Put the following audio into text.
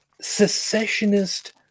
secessionist